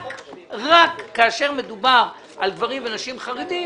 רק כאשר מדובר על גברים ונשים חרדים,